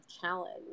challenge